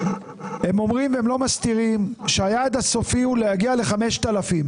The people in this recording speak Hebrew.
הם אומרים והם לא מסתירים שהיעד הסופי הוא להגיע ל-5,000.